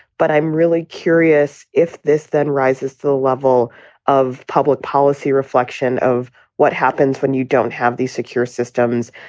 but i'm really curious if this then rises to the level of public policy reflection of what happens when you don't have these secure systems,